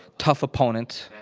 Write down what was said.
tough opponent.